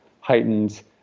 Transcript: heightened